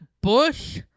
Bush